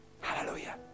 Hallelujah